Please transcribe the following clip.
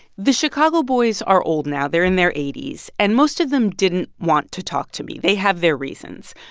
the chicago boys are old now. they're in their eighty s. and most of them didn't want to talk to me. they have their reasons.